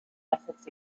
methods